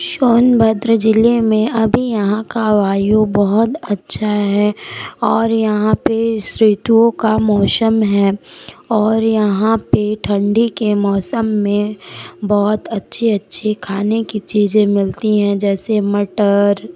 सोनभद्र ज़िले में अभी यहाँ की वायु बहुत अच्छी है और यहाँ पर ऋतु का मौसम है और यहाँ पर ठंडी के मौसम में बहुत अच्छे अच्छे खाने की चीज़ें मिलती है जैसे मटर